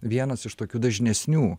vienas iš tokių dažnesnių